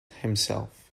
himself